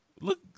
Look